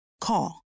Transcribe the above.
Call